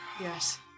Yes